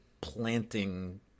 planting